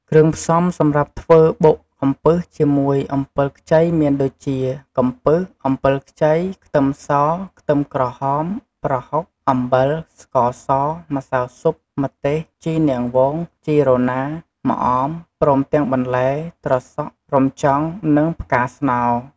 គ្រឿងផ្សំសម្រាប់ធ្វើបុកកំពឹសជាមួយអំពិលខ្ចីមានដូចជា កំពឹស អំពិលខ្ចី ខ្ទឹមស ខ្ទឹមក្រហម ប្រហុក អំបិល ស្ករស ម្សៅស៊ុប ម្ទេស ជីនាងវង ជីរណា ម្អម ព្រមទាំងបន្លែ ត្រសក់ រំចង់ និងផ្កាស្នោ។